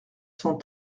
cent